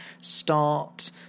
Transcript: start